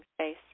space